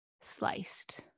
Sliced